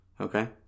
Okay